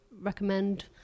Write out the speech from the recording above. recommend